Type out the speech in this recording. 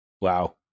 Wow